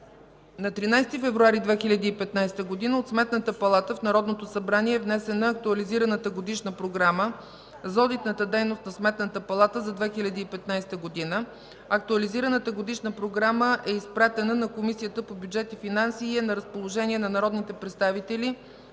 На 13 февруари 2015 г. от Сметната палата в Народното събрание е внесена Актуализираната годишна програма за одитната дейност на Сметната палата за 2015 г. Актуализираната годишна програма е изпратена на Комисията по бюджет и финанси и е на разположение на народните представители